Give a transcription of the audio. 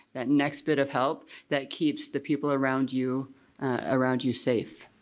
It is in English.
that next bit of help that keeps the people around you around you safe.